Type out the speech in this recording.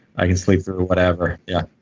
i can sleep through whatever. yeah,